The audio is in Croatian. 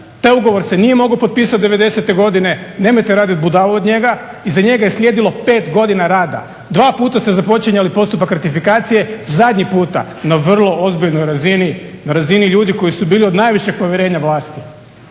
Taj ugovor se nije mogao potpisati '90-e godine, nemojte raditi budalu od njega, iza njega je slijedilo 5 godina rada. Dva puta ste započinjali postupak ratifikacije, zadnji puta na vrlo ozbiljnoj razini na razini ljudi koji su bili od najvišeg povjerenja vlasti